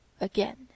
again